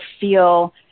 feel